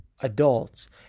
adults